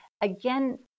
again